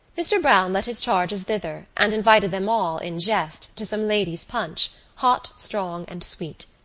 mr. browne led his charges thither and invited them all, in jest, to some ladies' punch, hot, strong and sweet.